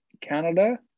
Canada